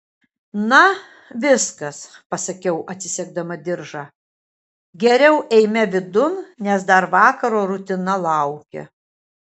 na viskas pasakiau atsisegdama diržą geriau eime vidun nes dar vakaro rutina laukia